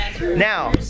Now